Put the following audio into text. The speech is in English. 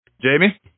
Jamie